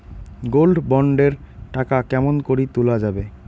Gold bond এর টাকা কেমন করি তুলা যাবে?